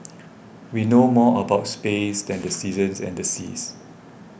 we know more about space than the seasons and the seas